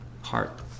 heart